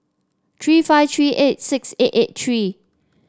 three five three eight six eight eight three